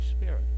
Spirit